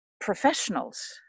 professionals